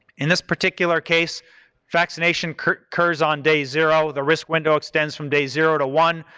in this particular case vaccination occurs on day zero, the risk window extends from day zero to one,